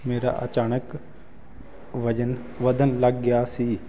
ਮੇਰਾ ਅਚਾਨਕ ਵਜਨ ਵਧਣ ਲੱਗ ਗਿਆ ਸੀ